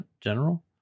General